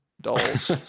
dolls